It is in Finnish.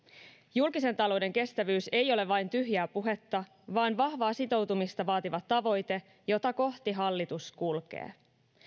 julkisen talouden kestävyys ei ole vain tyhjää puhetta vaan vahvaa sitoutumista vaativa tavoite jota kohti hallitus kulkee